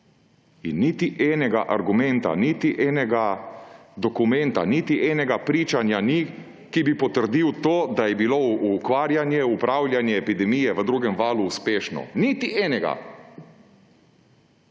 bo. Niti enega argumenta, niti enega dokumenta, niti enega pričanja ni, ki bi potrdil to, da je bilo ukvarjanje, upravljanje epidemije v drugem valu uspešno. Niti enega.